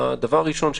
הדבר הראשון,